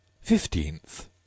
fifteenth